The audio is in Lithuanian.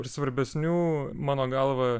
ir svarbesnių mano galva